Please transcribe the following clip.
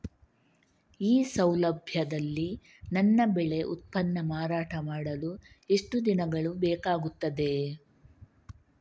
ಈ ಸೌಲಭ್ಯದಲ್ಲಿ ನನ್ನ ಬೆಳೆ ಉತ್ಪನ್ನ ಮಾರಾಟ ಮಾಡಲು ಎಷ್ಟು ದಿನಗಳು ಬೇಕಾಗುತ್ತದೆ?